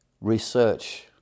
research